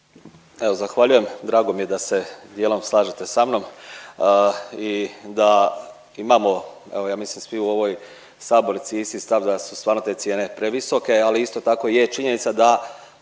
Evo zahvaljujem. Drago mi je da se dijelom slažete sa mnom i da imamo evo ja mislim svi u ovoj sabornici isti stav da su stvarno te cijene previsoke, ali isto tako je činjenica da